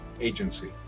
Agency